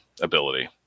ability